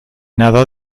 nada